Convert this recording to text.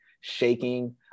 shaking